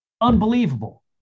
Unbelievable